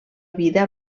vida